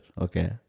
Okay